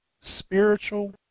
spiritual